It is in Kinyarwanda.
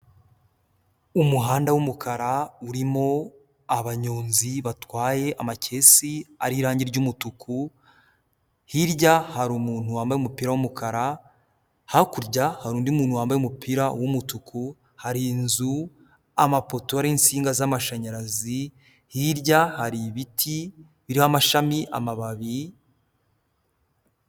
Umuhanda w'umukara urimo abanyonzi batwaye amakesi ariho irangi ry'umutuku, hirya hari umuntu wambaye umupira w'umukara, hakurya hari undi muntu wambaye umupira w'umutuku, hari inzu, amapoto ariho insinga z'amashanyarazi, hirya hari ibiti biriho amashami, amababi...